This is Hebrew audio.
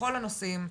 בכל הנושאים,